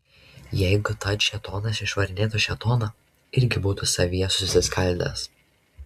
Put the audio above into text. jeigu tad šėtonas išvarinėtų šėtoną irgi būtų savyje susiskaldęs